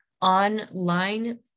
online